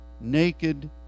naked